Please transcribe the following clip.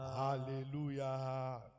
Hallelujah